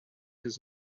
his